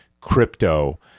crypto